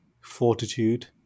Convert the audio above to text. fortitude